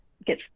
get